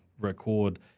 record